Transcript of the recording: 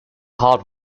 hard